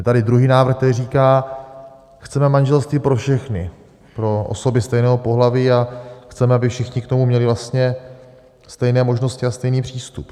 Je tady druhý návrh, který říká: chceme manželství pro všechny, pro osoby stejného pohlaví, a chceme, aby všichni k tomu měli vlastně stejné možnosti a stejný přístup.